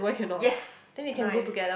yes nice